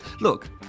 Look